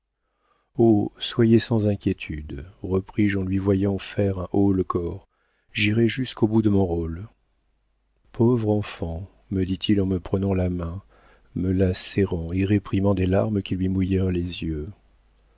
soyez sans inquiétude repris-je en lui voyant faire un haut-le-corps j'irai jusqu'au bout de mon rôle pauvre enfant me dit-il en me prenant la main me la serrant et réprimant des larmes qui lui mouillèrent les yeux